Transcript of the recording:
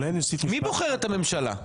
מי בוחר את הממשלה?